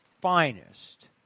finest